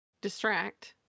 distract